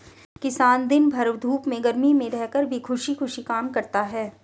किसान दिन भर धूप में गर्मी में रहकर भी खुशी खुशी काम करता है